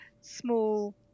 small